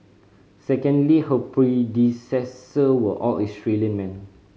secondly her predecessor were all Australian men